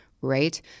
right